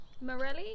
Morelli